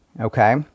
okay